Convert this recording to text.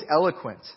eloquent